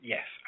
Yes